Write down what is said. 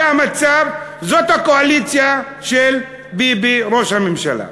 זה המצב, זו הקואליציה של ביבי, ראש הממשלה.